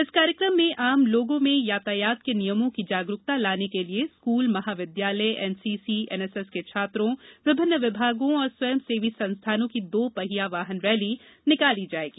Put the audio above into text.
इस कार्यक्रम में आम लोगो में यातायात के नियमो की जागरूकता लाने के लिए स्कूल महाविधालय एनसीसीएनएसएस के छात्रों विभिन्न विभागों एवं स्वंय सेवी संस्थाओं की दो पहिया वाहन रैली निकाली जायेगी